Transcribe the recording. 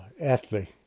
athlete